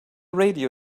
radio